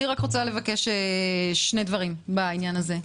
אני רוצה לבקש שני דברים בעניין הזה.